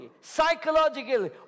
psychologically